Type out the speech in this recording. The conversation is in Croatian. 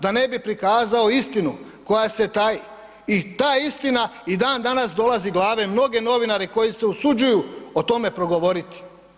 Da ne bi prikazao istinu koja se taji i ta istina i dan danas dolazi glavne mnoge novinare koji se usuđuju o tome progovoriti.